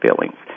feelings